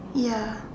ya